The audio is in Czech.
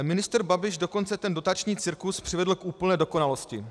Ministr Babiš dokonce ten dotační cirkus přivedl k úplné dokonalosti.